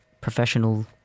professional